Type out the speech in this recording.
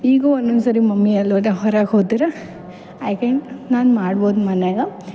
ಈಗ ಒನೊನ್ಸರಿ ಮಮ್ಮಿ ಎಲ್ಲೋದ ಹೊರಗೆ ಹೋದ್ರ ಐ ತಿಂಕ್ ನಾನು ಮಾಡ್ಬೋದು ಮನ್ಯಾಗ